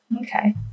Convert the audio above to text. Okay